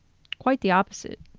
quite the opposite.